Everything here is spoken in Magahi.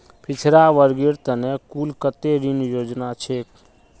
पिछड़ा वर्गेर त न कुल कत्ते ऋण योजना छेक